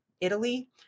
Italy